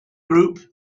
group